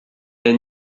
est